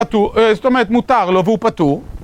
זאת אומרת מותר לו והוא פטור